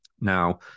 Now